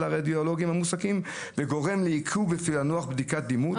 הרדיולוגים המועסקים וגורם לעיכוב בפענוח בדיקות דימות,